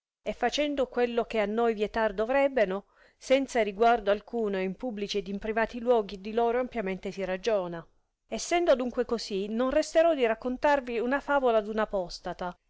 e facendo quello che a noi vietar dovrebbeno senza riguardo alcuno e in publici ed in privati luoghi di loro ampiamente si ragiona essendo adunque così non resterò di raccontarvi una favola d un apostata